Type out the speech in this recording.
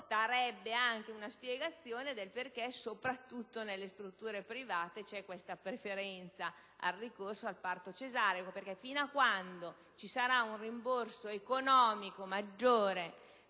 darebbe anche una spiegazione del motivo per cui, soprattutto nelle strutture private, si preferisce il ricorso al parto cesareo. Fino a quando ci sarà un rimborso economico maggiore